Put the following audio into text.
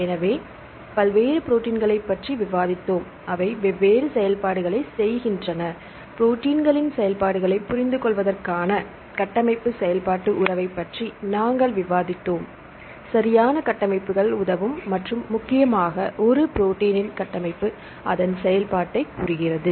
எனவே பல்வேறு ப்ரோடீன்களைப் பற்றி விவாதித்தோம் அவை வெவ்வேறு செயல்பாடுகளைச் செய்கின்றன ப்ரோடீன்களின் செயல்பாடுகளைப் புரிந்துகொள்வதற்கான கட்டமைப்பு செயல்பாட்டு உறவைப் பற்றி நாங்கள் விவாதித்தோம் சரியான கட்டமைப்புகள் உதவும் மற்றும் முக்கியமாக ஒரு ப்ரோடீன்னின் கட்டமைப்பு அதன் செயல்பாட்டைக் கூறுகிறது